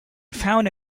found